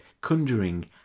conjuring